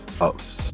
out